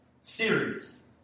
series